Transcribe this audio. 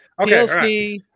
TLC